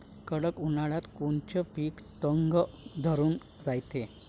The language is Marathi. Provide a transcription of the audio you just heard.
कडक उन्हाळ्यात कोनचं पिकं तग धरून रायते?